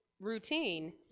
routine